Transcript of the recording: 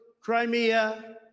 Crimea